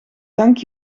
dank